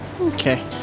Okay